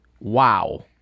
Wow